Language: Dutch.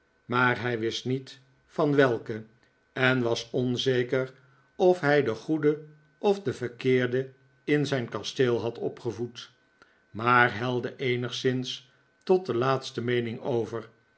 maar hij wist niet van welke en was onzeker of hij de goede of de verkeerde in zijn kasteel had opgevoed maar helde eenigszins tot de laatste meening over